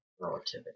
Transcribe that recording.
relativity